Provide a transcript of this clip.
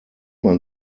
man